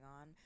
on